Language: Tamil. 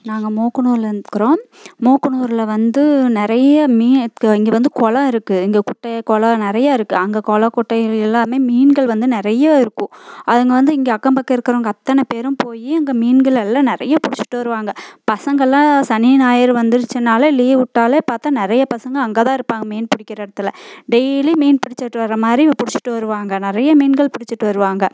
நாங்கள் மூக்கனூர்லந்துக்கிறோம் மூக்கனூரில் வந்து நிறைய மீ இருக்குது இங்கே வந்து குளம் இருக்குது இங்கே குட்டை குளோம் நிறைய இருக்குது அங்கே குளோம் குட்டை இங்கே எல்லாமே மீன்கள் வந்து நிறைய இருக்கும் அதுங்க வந்து இங்கே அக்கம் பக்கம் இருக்கிறவங்க அத்தனை பேரும் போய் அங்கே மீன்கள் எல்லா நிறைய பிடிச்சுட்டு வருவாங்க பசங்களெலாம் சனி ஞாயிறு வந்துருச்சுன்னாலே லீவ் விட்டாலே பார்த்தா நிறைய பசங்க அங்கே தான் இருப்பாங்க மீன் பிடிக்கற இடத்துல டெய்லி மீன் பிடுச்சுட்டு வர்ற மாதிரி பிடுச்சுட்டு வருவாங்க நிறைய மீன்கள் பிடுச்சுட்டு வருவாங்க